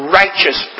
righteous